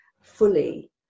fully